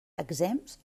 exempts